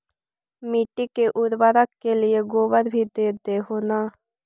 मिट्टी के उर्बरक के लिये गोबर भी दे हो न?